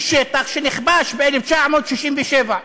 היא שטח שנכבש ב-1967.